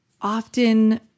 often